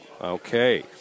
okay